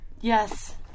Yes